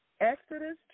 Exodus